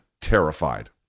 terrified